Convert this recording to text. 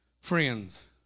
friends